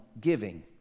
giving